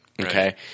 Okay